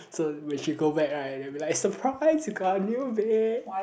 so when she go back right then we'll be like surprise you got a new bed